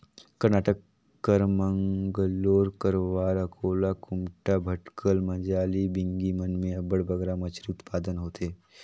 करनाटक कर मंगलोर, करवार, अकोला, कुमटा, भटकल, मजाली, बिंगी मन में अब्बड़ बगरा मछरी उत्पादन होथे